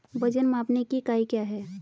वजन मापने की इकाई क्या है?